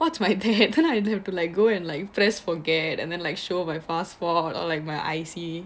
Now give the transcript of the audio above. what's my that then I have to like go and like press forget and then like show my passport or like my I_C